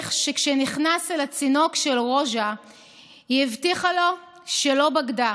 איך שכשנכנס אל הצינוק של רוז'ה היא הבטיחה לו שלא בגדה